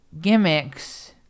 gimmicks